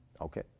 Okay